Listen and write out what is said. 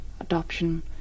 adoption